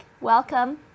Welcome